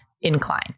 incline